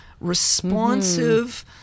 responsive